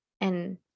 And-